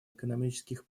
экономических